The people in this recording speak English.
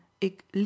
ik